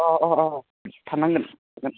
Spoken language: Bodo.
अ अ अ थानांगोन थागोन